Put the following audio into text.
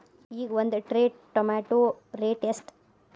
ಈಗ ಒಂದ್ tray tomato rate ಎಷ್ಟ?